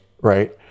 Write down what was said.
right